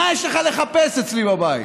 מה יש לך לחפש אצלי בבית?